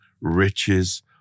riches